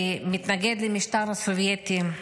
מתנגד למשטר הסובייטי,